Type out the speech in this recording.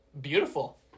beautiful